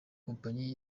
kompanyi